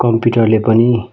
कम्प्युटरले पनि